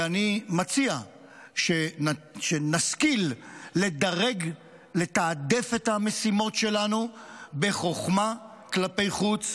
ואני מציע שנשכיל לדרג ולתעדף את המשימות שלנו בחוכמה כלפי חוץ,